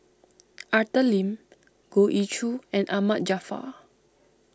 Arthur Lim Goh Ee Choo and Ahmad Jaafar